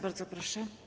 Bardzo proszę.